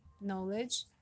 knowledge